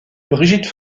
brigitte